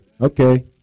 Okay